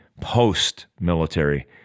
post-military